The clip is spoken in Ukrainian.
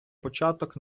початок